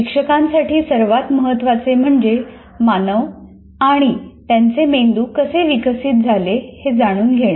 शिक्षकांसाठी सर्वात महत्त्वाचे म्हणजे मानव आणि त्यांचे मेंदू कसे विकसित झाले हे जाणून घेणे